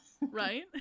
right